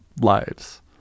lives